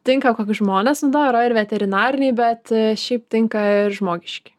tinka kokį žmonės naudoja yra ir veterinariniai bet šiaip tinka ir žmogiški